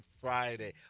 Friday